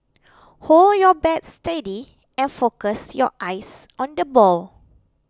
hold your bat steady and focus your eyes on the ball